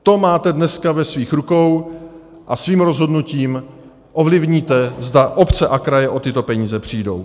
To máte dneska ve svých rukou a svým rozhodnutím ovlivníte, zda obce a kraje o tyto peníze přijdou.